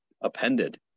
appended